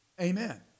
Amen